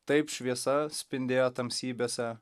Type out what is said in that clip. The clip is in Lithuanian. taip šviesa spindėjo tamsybėse